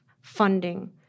funding